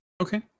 Okay